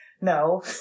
no